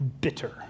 bitter